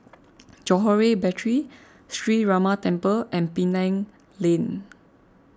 Johore Battery Sree Ramar Temple and Penang Lane